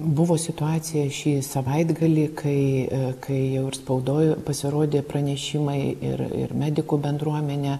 buvo situacija šį savaitgalį kai kai jau ir spaudoj pasirodė pranešimai ir ir medikų bendruomenė